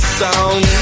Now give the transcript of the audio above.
sound